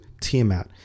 Tiamat